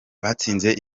batsinze